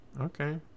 Okay